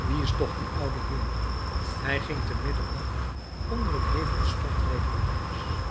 wie is toch die oude heer hij ging te middernacht onder een hevigen stortregen naar huis